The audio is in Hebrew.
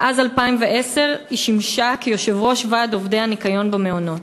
מאז 2010 היא שימשה יושבת-ראש ועד עובדי הניקיון במעונות.